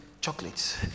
chocolates